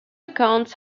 accounts